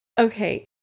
Okay